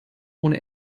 ohne